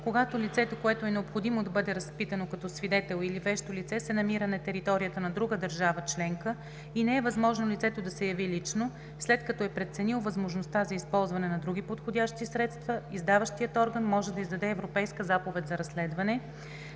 Когато лице, което е необходимо да бъде разпитано като свидетел или вещо лице, се намира на територията на друга държава членка и не е възможно лицето да се яви лично, след като е преценил възможността за използване на други подходящи средства, издаващият орган може да издаде Европейска заповед за разследване